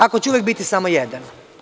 Ako će uvek biti samo jedan?